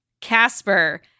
Casper